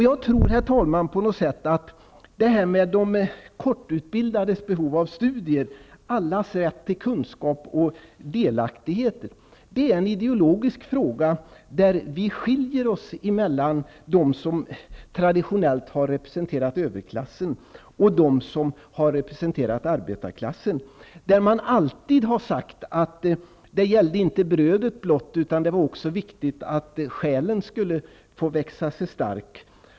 Jag tror, herr talman, att de kortutbildades behov av studier och allas rätt till kunskap och delaktighet på något sätt är en ideologisk fråga. Där skiljer det sig mellan dem som traditionellt har representerat överklassen och dem som har representerat arbetarklassen. Man har alltid sagt att det inte gällde brödet blott, utan det var också viktigt att själen skulle få växa sig stark.